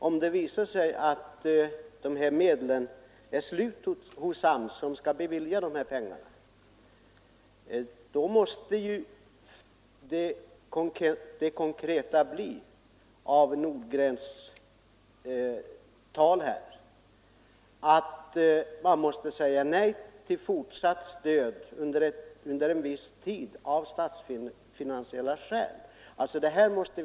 Om medlen hos AMS, som skall bevilja dessa pengar, tar slut, blir den konkreta slutsatsen av herr Nordgrens anförande här att man av statsfinansiella skäl under en viss tid måste säga nej till fortsatt stöd.